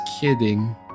kidding